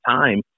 time